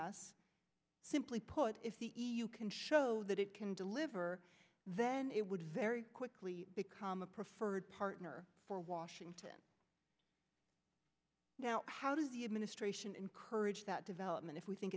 us simply put if the e u can show that it can deliver then it would very quickly become a preferred partner for washington now how does the administration encourage that development if we think